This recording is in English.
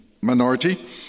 minority